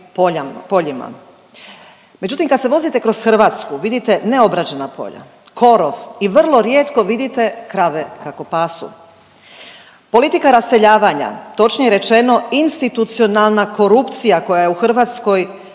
poljima. Međutim, kad se vozite kroz Hrvatsku vidite neobrađena polja, korov i vrlo rijetko vidite krave kako pasu. Politika raseljavanja, točnije rečeno institucionalna korupcija koja je u Hrvatskoj